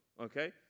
okay